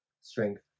strength